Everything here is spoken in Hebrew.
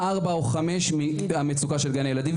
גדולה פי ארבע או חמש ממצוקת גני הילדים,